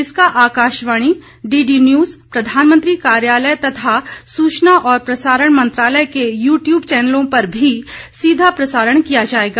इसका Akashvani DD news प्रधानमंत्री कार्यालय तथा सूचना और प्रसारण मंत्रालय के यूट्यूब चैनलों पर भी सीधा प्रसारण किया जायेगा